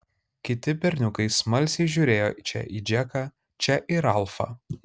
kiti berniukai smalsiai žiūrėjo čia į džeką čia į ralfą